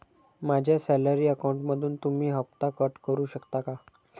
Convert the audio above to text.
माझ्या सॅलरी अकाउंटमधून तुम्ही हफ्ता कट करू शकता का?